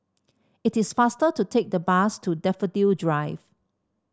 it is faster to take the bus to Daffodil Drive